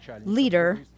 leader